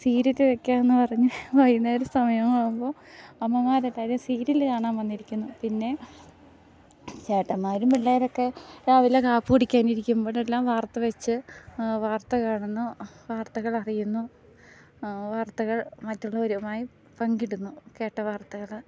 serial വെക്കാമെന്നു പറഞ്ഞ് വൈകുന്നേരം സമയമാകുമ്പോൾ അമ്മമാർ പഴയ സീരിയല് കാണാൻ വന്നിരിക്കുന്നു പിന്നെ ചേട്ടന്മാരും പിള്ളേരൊക്കെ രാവിലെ കാപ്പി കുടിക്കാനിരിക്കുമ്പോഴെല്ലാം വാർത്ത വെച്ച് വാർത്ത കാണുന്നു വാർത്തകളറിയുന്നു വാർത്തകൾ മറ്റുള്ളവരുമായി പങ്കിടിന്നു കേട്ട വാർത്തകൾ